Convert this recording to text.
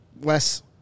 less